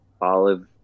olive